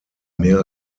mehr